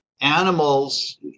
animals